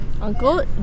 Uncle